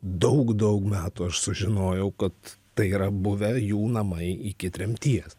daug daug metų aš sužinojau kad tai yra buvę jų namai iki tremties